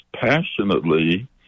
passionately